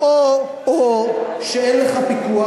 או שאין לך פיקוח,